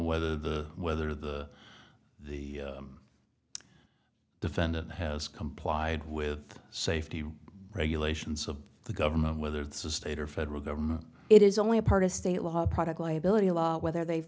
whether the whether the the defendant has complied with safety regulations of the government whether it's a state or federal government it is only a part of state law a product liability law whether they've